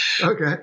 Okay